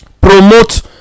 promote